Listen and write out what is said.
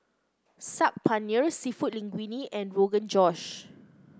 Saag Paneer seafood Linguine and Rogan Josh